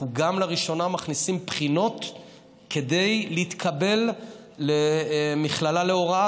אנחנו גם לראשונה מכניסים בחינות כדי להתקבל למכללה להוראה,